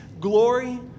glory